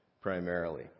primarily